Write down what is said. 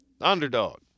Underdog